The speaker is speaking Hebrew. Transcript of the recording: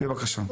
בבקשה.